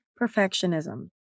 perfectionism